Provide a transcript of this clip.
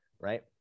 right